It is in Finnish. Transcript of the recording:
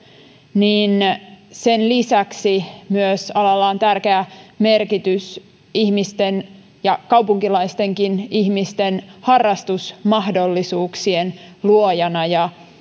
sen lisäksi alalla on myös tärkeä merkitys ihmisten ja kaupunkilaistenkin ihmisten harrastusmahdollisuuksien luojana ja